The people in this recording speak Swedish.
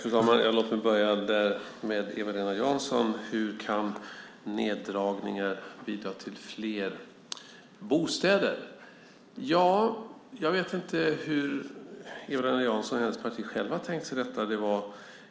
Fru talman! Låt mig börja med Eva-Lena Jansson. Hur kan neddragningar bidra till fler bostäder? Ja, jag vet inte hur Eva-Lena Jansson och hennes parti själv har tänkt sig detta.